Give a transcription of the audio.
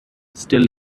still